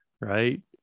right